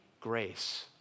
grace